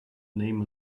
name